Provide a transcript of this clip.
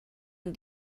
and